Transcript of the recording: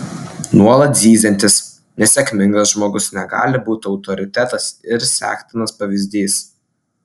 nuolat zyziantis nesėkmingas žmogus negali būti autoritetas ir sektinas pavyzdys